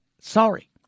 Sorry